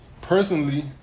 personally